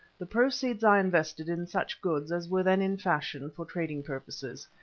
the proceeds i invested in such goods as were then in fashion, for trading purposes,